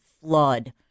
flood